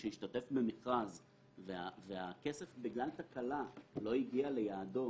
שהשתתף במכרז ובגלל תקלה הכסף לא הגיע ליעדו,